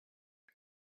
the